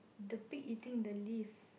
the pig eating the leaf